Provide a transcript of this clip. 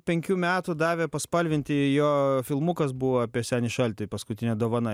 penkių metų davė paspalvinti jo filmukas buvo apie senį šaltį paskutinė dovana